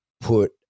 put